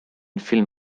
film